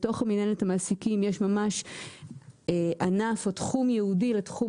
בתוך מינהלת המעסיקים יש ממש ענף או תחום ייעודי לתחום